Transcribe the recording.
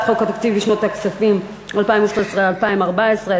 חוק התקציב לשנות הכספים 2013 ו-2014,